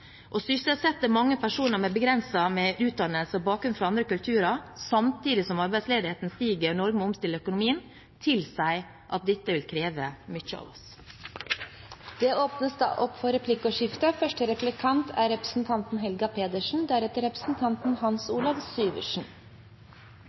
Å sysselsette mange personer med begrenset med utdannelse og bakgrunn fra andre kulturer, samtidig som arbeidsledigheten stiger og Norge må omstille økonomien, tilsier at dette vil kreve mye av oss. Det åpnes for replikkordskifte.